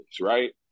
right